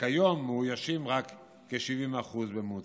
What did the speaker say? כיום מאוישים רק כ-70% בממוצע.